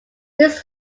this